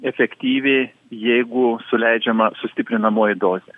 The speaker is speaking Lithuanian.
efektyvi jeigu suleidžiama sustiprinamoji dozė